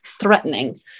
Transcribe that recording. threatening